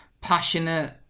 passionate